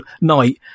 night